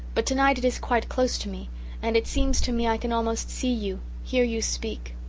but tonight it is quite close to me and it seems to me i can almost see you hear you speak.